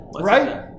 right